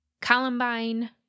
Columbine